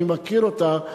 אני מכיר אותה,